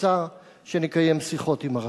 שרצה שנקיים שיחות עם הרש"פ.